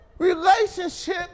Relationship